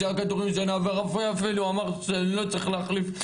שכדורי השינה והרופא אפילו אמר שלא צריך להחליף,